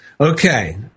Okay